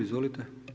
Izvolite.